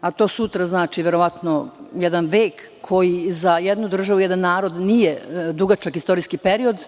a to sutra znači verovatno jedan vek, koji za jednu državu i jedan narod nije dugačak istorijski period,